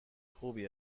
خوبی